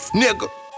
nigga